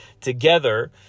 together